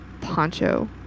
poncho